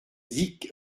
vic